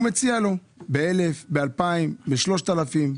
הוא מציע לו ב-1,000, ב-2,000, ב-3,000.